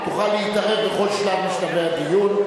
תוכל להתערב בכל שלב משלבי הדיון.